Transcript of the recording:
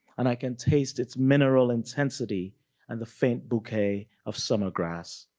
and i can taste its mineral intensity and the faint bouquet of summer grass.